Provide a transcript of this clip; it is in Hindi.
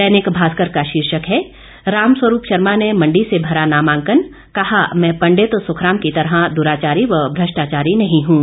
दैनिक भास्कर का शीर्षक है रामस्वरूप शर्मा ने मंडी से भरा नामांकन कहा मैं पंडित सुखराम की तरह दुराचारी व भ्रष्टाचारी नहीं हूं